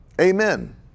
Amen